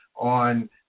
on